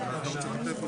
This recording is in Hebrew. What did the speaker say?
מי שמכיר את הקור